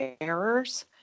errors